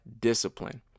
discipline